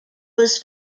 was